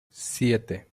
siete